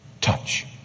touch